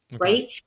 right